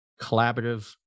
collaborative